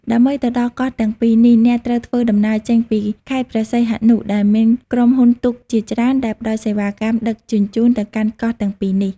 ដើម្បីទៅដល់កោះទាំងពីរនេះ អ្នកត្រូវធ្វើដំណើរចេញពី ខេត្តព្រះសីហនុ ដែលមានក្រុមហ៊ុនទូកជាច្រើនដែលផ្តល់សេវាកម្មដឹកជញ្ជូនទៅកាន់កោះទាំងពីរនេះ។